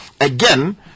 Again